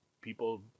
people